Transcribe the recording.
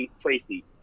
Tracy